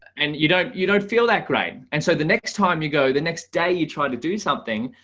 and you don't you don't feel that great. and so the next time you go the next day, you try to do something,